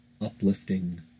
uplifting